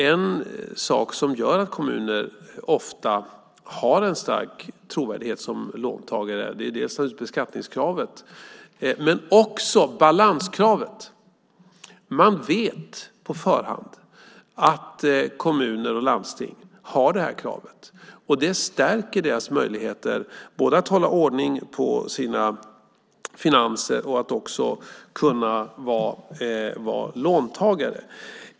En sak som gör att kommuner ofta har en stark trovärdighet som låntagare är beskattningskravet, och det gäller också balanskravet. Man vet på förhand att kommuner och landsting har det här kravet. Det stärker deras möjligheter att hålla ordning på sina finanser och att kunna vara låntagare.